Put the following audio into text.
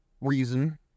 reason